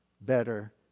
better